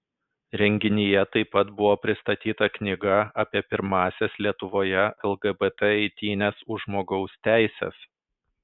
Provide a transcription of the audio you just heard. renginyje taip pat buvo pristatyta knyga apie pirmąsias lietuvoje lgbt eitynes už žmogaus teises